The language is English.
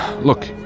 Look